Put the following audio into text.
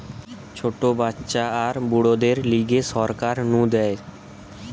ছোট বাচ্চা আর বুড়োদের লিগে সরকার নু দেয়